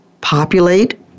populate